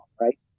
right